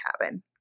cabin